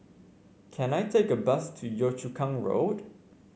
can I take a bus to Yio Chu Kang Road